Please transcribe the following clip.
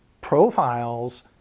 profiles